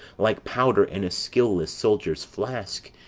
like powder in a skilless soldier's flask,